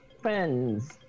Friends